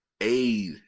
aid